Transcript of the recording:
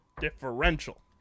differential